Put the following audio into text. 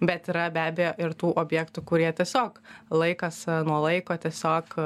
bet yra be abejo ir tų objektų kurie tiesiog laikas nuo laiko tiesiog